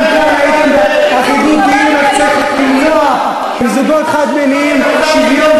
גם כאן הייתם באחידות דעים שצריך למנוע מזוגות חד-מיניים שוויון,